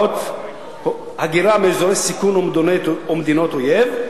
הגירה מאזורי סיכון או מדינות אויב,